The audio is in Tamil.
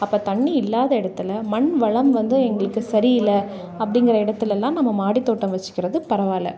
அப்போ தண்ணி இல்லாத இடத்துல மண்வளம் வந்து எங்களுக்கு சரியில்லை அப்படிங்கிற இடத்துலலாம் நம்ம மாடித்தோட்டம் வச்சுக்கறது பரவாயில்லை